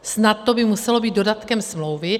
Snad by to muselo být dodatkem smlouvy.